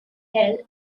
held